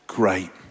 great